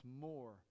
more